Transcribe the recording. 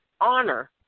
honor